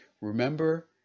Remember